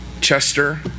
Chester